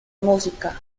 música